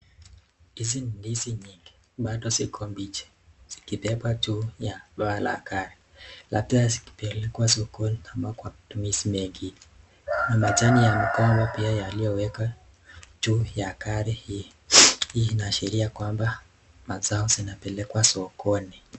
Hizi ni ndizi nyingi bado ziko mbichi zikibebwa juu ya paa la gari. Labda zikibebwa kwenda sokoni na matumizi mengi na matani ya mikoba pia yaliyowekwa juu ya gari hii. Hii inaashiria kwamba mazao zinapelekwa sokoni.